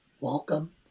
welcome